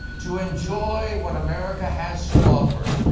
to enjoy what america has to offer,